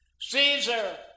Caesar